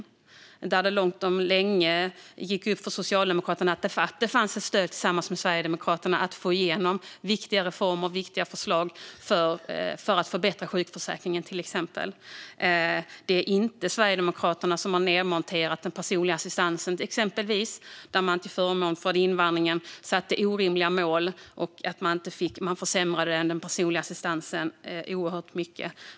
Där gick det långt om länge upp för Socialdemokraterna att det fanns stöd tillsammans med Sverigedemokraterna för att få igenom viktiga reformer och viktiga förslag för att förbättra sjukförsäkringen. Det är inte Sverigedemokraterna som har nedmonterat exempelvis den personliga assistansen, där man till förmån för invandringen satte orimliga mål och försämrade den personliga assistansen oerhört mycket.